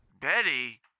Betty